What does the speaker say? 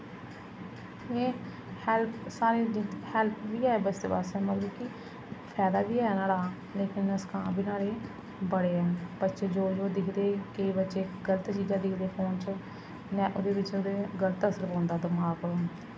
एह् हैल्प साढ़ी हैल्प बी ऐ बास्तै मतलब कि फैदा बी ऐ नुहाड़ा लेकिन नुकसान बी नुहाड़े बड़े न बच्चे जो जो दिखदे केईं बच्चे गल्त चीज़ां दिखदे फोन च ते ओह्दे बिच्च ते गल्त असर पौंदा दमाक च